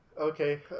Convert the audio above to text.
Okay